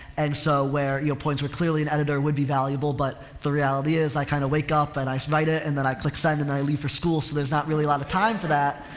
and so where, you know, points where clearly an editor would be valuable but the reality is i kind of wake up and i write it and then i quick send and i leave for school so there's not really a lot of time for that.